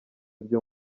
ibyo